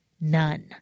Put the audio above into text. None